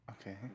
okay